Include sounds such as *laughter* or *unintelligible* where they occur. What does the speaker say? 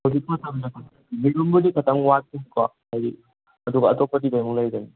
*unintelligible* ꯌꯦꯔꯨꯝꯕꯨꯗꯤ ꯈꯇꯪ ꯋꯥꯠꯂꯤꯕꯀꯣ ꯍꯥꯏꯗꯤ ꯑꯗꯨꯒ ꯑꯇꯣꯞꯄꯗꯤ ꯂꯣꯏꯃꯛ ꯂꯩꯒꯅꯤ